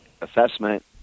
assessment